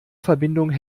verbindung